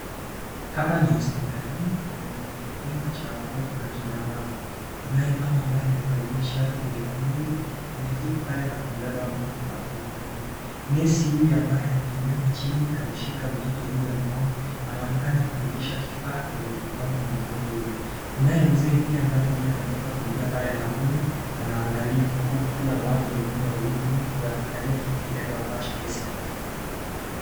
Hapa ni hospitalini na ni kwenye kitengo cha watoto na kina mama. Kunaye mama ambaye amevalia shati nyekundu. Ameketi pale na kumbeba mtoto wake mkononi. Nesi huyu ambaye ameinama chini kamshika mtoto Yule mkono. Anaonekana kupitisha kifaa kwenye mkono wa mtoto Yule. Kunaye Mzee pia ambaye ndiye ametoka kuingia pale langoni. Anaangalia huku kukiwa na watu wengine wawili nyuma. Wanaangalia kile kitendo ambacho nesi anafanya.